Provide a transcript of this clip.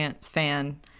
fan